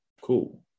cool